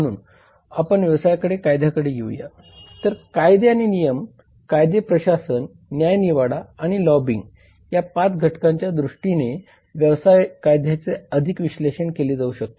म्हणून आपण व्यवसाय कायद्याकडे येऊया तर कायदे आणि नियमन कायदे प्रशासन न्यायनिवाडा आणि लॉबिंग या 5 घटकांच्या दृष्टीने व्यवसाय कायद्याचे अधिक विश्लेषण केले जाऊ शकते